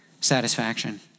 satisfaction